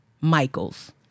Michaels